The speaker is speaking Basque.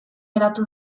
geratu